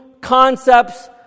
concepts